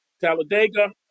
Talladega